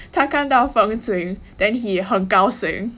他看到风景 then he 很高兴